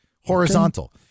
Horizontal